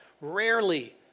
rarely